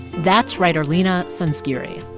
that's writer leena sanzgiri.